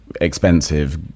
expensive